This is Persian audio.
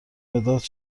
مداد